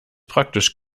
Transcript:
praktisch